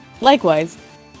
Likewise